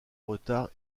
retards